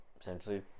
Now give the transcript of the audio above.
Essentially